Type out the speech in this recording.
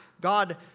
God